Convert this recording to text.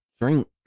drink